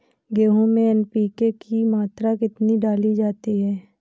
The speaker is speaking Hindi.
गेहूँ में एन.पी.के की मात्रा कितनी डाली जाती है?